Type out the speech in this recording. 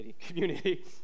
community